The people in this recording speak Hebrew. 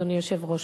אדוני היושב-ראש: